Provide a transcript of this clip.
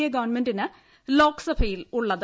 A ഗവൺമെന്റിന് ലോക്സഭയിൽ ഉള്ളത്